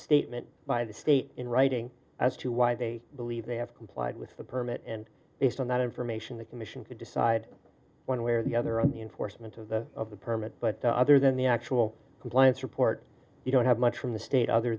statement by the state in writing as to why they believe they have complied with the permit and based on that information the commission could decide one way or the other on the enforcement of the of the permit but other than the actual compliance report you don't have much from the state other